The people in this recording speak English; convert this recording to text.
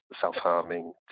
self-harming